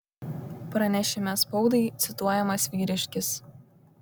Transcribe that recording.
pranešime spaudai cituojamas vyriškis